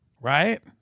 right